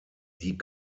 die